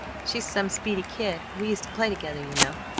she's some speedy kid! we used to play together, you know,